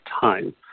time